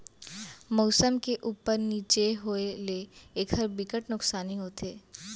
मउसम के उप्पर नीचे होए ले एखर बिकट नुकसानी होथे